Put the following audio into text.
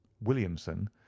williamson